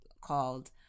called